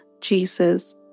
Jesus